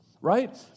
right